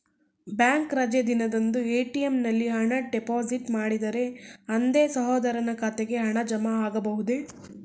Bank ರಜೆ ದಿನದಂದು ATM ನಲ್ಲಿ ಹಣ ಡಿಪಾಸಿಟ್ ಮಾಡಿದರೆ ಅಂದೇ ಸಹೋದರನ ಖಾತೆಗೆ ಹಣ ಜಮಾ ಆಗಬಹುದೇ?